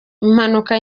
impanuka